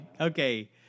okay